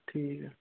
ਠੀਕ ਆ